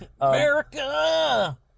America